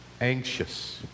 anxious